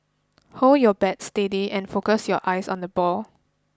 hold your bat steady and focus your eyes on the ball